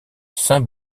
saint